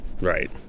Right